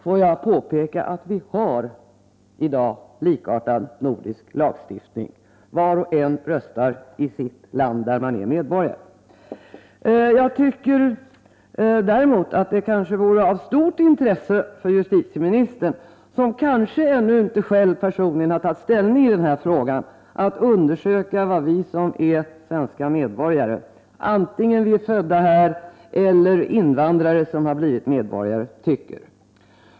Får jag påpeka att vi i dag har en likartad nordisk lagstiftning. Var och en röstar i det land där man är medborgare. Jag tror däremot att det kanske vore av stort intresse för justitieministern, som kanske ännu inte personligen har tagit ställning i denna fråga, att undersöka vad vi som är svenska medborgare, antingen vi är födda här eller är invandrare som har blivit medborgare, tycker.